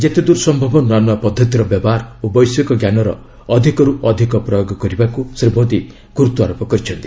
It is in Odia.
ଯେତେଦୂର ସମ୍ଭବ ନୂଆ ନୂଆ ପଦ୍ଧତିର ବ୍ୟବହାର ଓ ବୈଷୟିକ ଜ୍ଞାନର ଅଧିକରୁ ଅଧିକ ପ୍ରୟୋଗ କରିବାକୁ ଶ୍ରୀ ମୋଦୀ ଗୁରୁତ୍ୱ ଆରୋପ କରିଛନ୍ତି